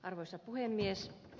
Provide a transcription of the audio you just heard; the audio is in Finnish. arvoisa puhemies